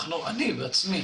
אני בעצמי